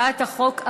41) (רב ראשי אחד לישראל) לוועדת החוקה,